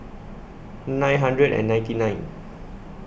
nine hundred and ninety nine